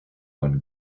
one